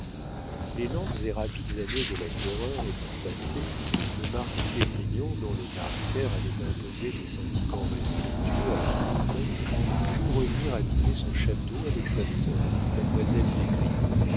les lentes et rapides années de la terreur étant passées le marquis d'esgrignon dont le caractère avait imposé des sentiments respectueux à la contrée voulut revenir habiter son château avec sa sœur mademoiselle d'esgrignon